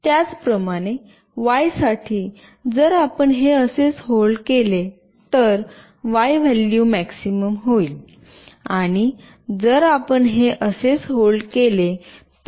त्याचप्रमाणे वाय साठी जर आपण हे असेच होल्ड केले तर वाय व्हॅल्यू मॅक्सिमम होईल आणि जर आपण हे असेच होल्ड केले तर वाय व्हॅल्यू मिनिमम असेल